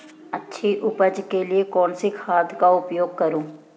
अच्छी उपज के लिए कौनसी खाद का उपयोग करूं?